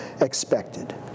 expected